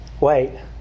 wait